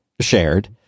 shared